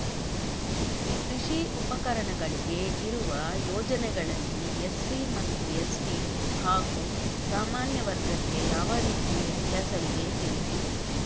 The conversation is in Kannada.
ಕೃಷಿ ಉಪಕರಣಗಳಿಗೆ ಇರುವ ಯೋಜನೆಗಳಲ್ಲಿ ಎಸ್.ಸಿ ಮತ್ತು ಎಸ್.ಟಿ ಹಾಗೂ ಸಾಮಾನ್ಯ ವರ್ಗಕ್ಕೆ ಯಾವ ರೀತಿ ವ್ಯತ್ಯಾಸವಿದೆ ತಿಳಿಸಿ?